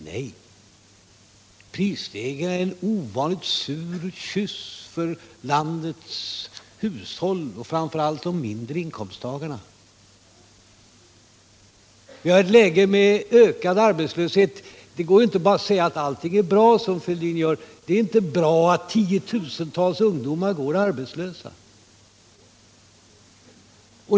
Nej, prisstegringarna är en ovanligt sur kyss för landets hushåll och framför allt för de lägre inkomsttagarna. Vi har ett läge med ökande arbetslöshet. Det går inte att säga som Thorbjörn Fälldin, att allt är väldigt bra, för det är inte bra att tiotusentals ungdomar går arbetslösa.